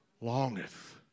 longeth